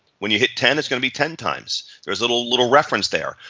when you hit ten, it's gonna be ten times. there's little little reference there.